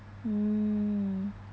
mm